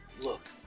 look